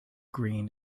green